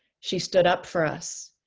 she stood up for us.